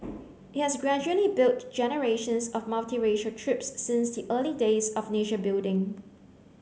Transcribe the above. it has gradually built generations of multiracial troops since the early days of nation building